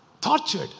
Tortured